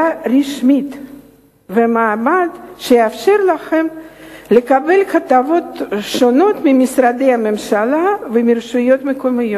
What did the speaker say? רשמית ומעמד שיאפשרו להם לקבל הטבות שונות ממשרדי הממשלה ומרשויות מקומיות.